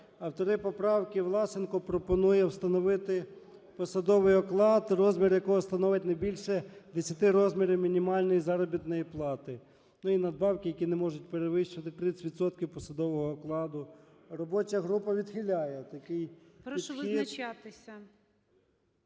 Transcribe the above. Автор поправки Власенко пропонує встановити посадовий оклад, розмір якого становить не більше десяти розмірів мінімальної заробітної плати, ну, і надбавки, які не можуть перевищувати 30 відсотків посадового окладу. Робоча група відхиляє такий підхід.